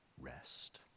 rest